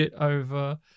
over